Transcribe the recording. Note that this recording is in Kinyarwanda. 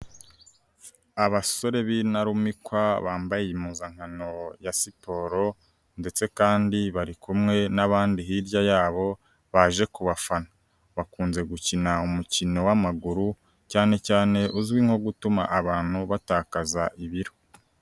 Abasore b'intarumikwa bambaye impuzankano ya siporo ndetse kandi bari kumwe n'abandi hirya yabo baje ku bafana; bakunze gukina umukino w'amaguru cyane cyane uzwi nko gutuma abantu batakaza ibiro.